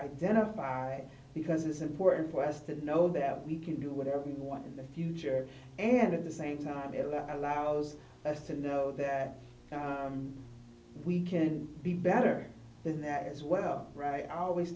identify because it's important for us to know that we can do whatever we want in the future and of the same time it allows us to know that we can be better than that as well right i always